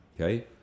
Okay